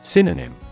Synonym